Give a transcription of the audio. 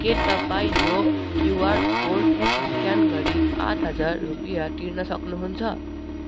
के तपाईँ यो क्युआर कोड स्क्यान गरी आठ हजार रुपियाँ तिर्न सक्नुहुन्छ